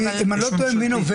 אם אני לא טועה היא מנובמבר,